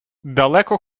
далеко